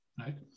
right